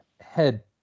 head